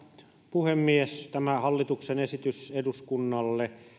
puhemies hallituksen esitys eduskunnalle